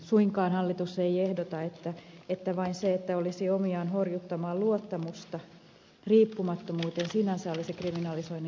suinkaan hallitus ei ehdota että vain se että olisi omiaan horjuttamaan luottamusta riippumattomuuteen sinänsä olisi kriminalisoinnin peruste